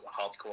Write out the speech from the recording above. hardcore